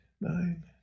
nine